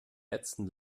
letzten